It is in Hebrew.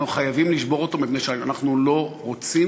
אנחנו חייבים לשבור אותו מפני שאנחנו לא רוצים